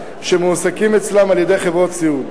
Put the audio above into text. שמועסקים אצלם על-ידי חברות סיעוד.